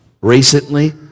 recently